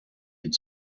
had